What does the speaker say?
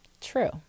True